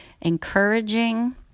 encouraging